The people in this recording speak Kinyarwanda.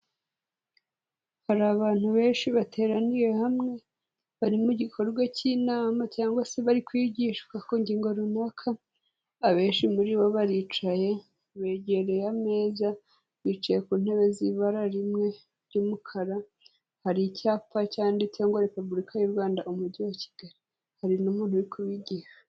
Hari abantu benshi bateraniye hamwe bari mu gikorwa cy'inama cyangwa se bari kwigishwa ku ngingo runaka, abenshi muri bo baricaye begereye ameza, bicaye ku ntebe z'ibara rimwe ry'umukara, hari icyapa cyanditseho Repubulika y'u Rwanda, umujyi wa Kigali, hari n'umuntu uri kubigisha.